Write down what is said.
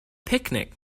picnic